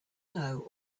know